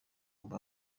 ubu